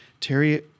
Terry